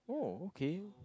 uh okay